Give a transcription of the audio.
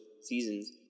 seasons